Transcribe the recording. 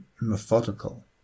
methodical